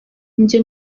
njye